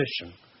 position